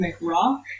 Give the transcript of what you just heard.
rock